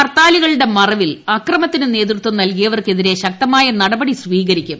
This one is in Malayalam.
ഹർത്താലുകളുടെ മറവിൽ അക്രമത്തിന് നേതൃ നൽകിയവർക്കെതിരെ ത്വം ശക്തമായ നടപടി സ്വീകരിക്കും